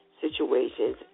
situations